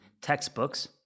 textbooks